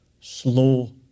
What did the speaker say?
slow